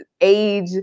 age